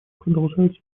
продолжает